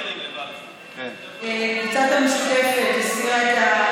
קבוצת המשותפת, הסירה.